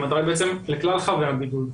הכוונה היא לכלל חבי הבידוד,